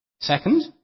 Second